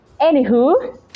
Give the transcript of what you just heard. Anywho